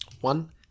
One